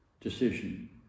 decision